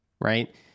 right